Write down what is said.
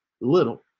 little